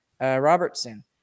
Robertson